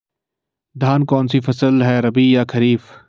धान कौन सी फसल है रबी या खरीफ?